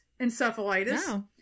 encephalitis